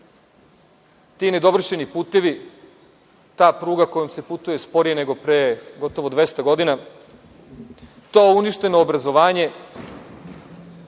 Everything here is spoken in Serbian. ti nedovršeni putevi, ta pruga kojom se putuje sporije nego pre gotovo 200 godina, to uništeno obrazovanje,